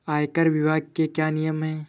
आयकर विभाग के क्या नियम हैं?